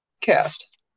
Cast